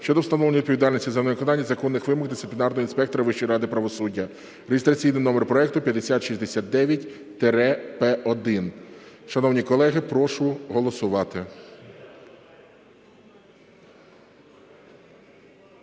щодо встановлення відповідальності за невиконання законних вимог дисциплінарного інспектора Вищої ради правосуддя (реєстраційний номер проекту 5069-П1). Шановні колеги, прошу голосувати.